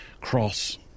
cross